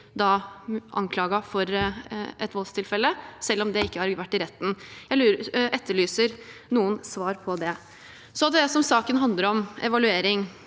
anklaget for et voldstilfelle, selv om det ikke har vært i retten? Jeg etterlyser noen svar på det. Så til det saken handler om, evaluering: